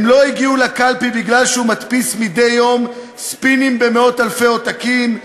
הם לא הגיעו לקלפי מפני שהוא מדפיס מדי יום ספינים במאות-אלפי עותקים.